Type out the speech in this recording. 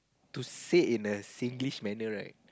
to say in a Singlish manner right